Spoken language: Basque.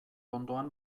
ondoan